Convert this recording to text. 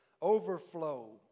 overflow